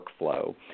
workflow